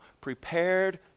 prepared